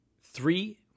Three